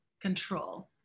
control